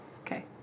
Okay